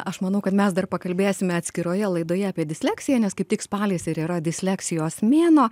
aš manau kad mes dar pakalbėsime atskiroje laidoje apie disleksiją nes kaip tik spalis ir yra disleksijos mėnuo